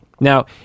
Now